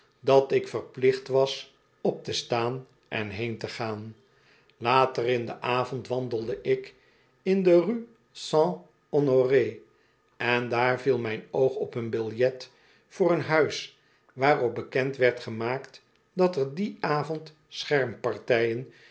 dat ik verplicht was op te staan en heen te gaan later in den avond wandelde ik in de rue st honorc en daar viel mijn oog op een biljet voor een huis waarop bekend word gemaakt dat er dien avond